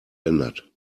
ändert